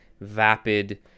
vapid